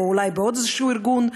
או אולי בעוד איזה ארגון.